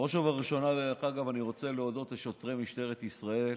בראש ובראשונה אני רוצה להודות לשוטרי משטרת ישראל,